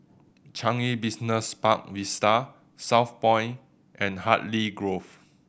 Changi Business Park Vista Southpoint and Hartley Grove